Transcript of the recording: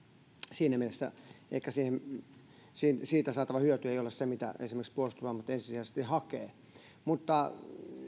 siinä mielessä ehkä siitä saatava hyöty ei ole sitä mitä esimerkiksi puolustusvoimat ensisijaisesti hakee mutta